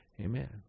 Amen